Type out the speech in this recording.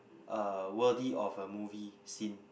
uh worthy of a movie scene